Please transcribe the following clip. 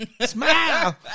Smile